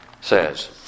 says